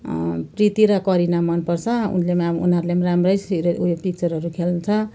प्रिती र करिना मनपर्छ उनले पनि उनीहरूले पनि राम्रै सिरि उयो पिक्चरहरू खेल्छ